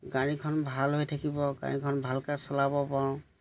গাড়ীখন ভাল হৈ থাকিব গাড়ীখন ভালকৈ চলাব পাৰোঁ